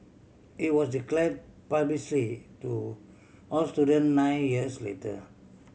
it was declare publicly to all student nine years later